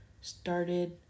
started